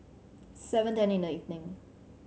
seven ten in the evening